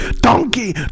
donkey